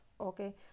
okay